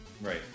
Right